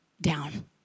down